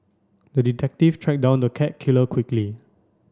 the detective track down the cat killer quickly